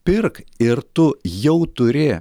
pirk ir tu jau turi